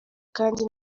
kandi